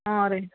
ಹಾಂ ರೀ